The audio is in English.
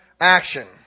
action